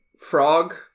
frog